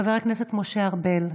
חבר הכנסת משה ארבל,